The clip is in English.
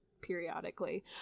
periodically